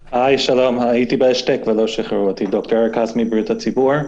שלום, ד"ר אריק האס, בריאות הציבור.